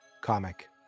comic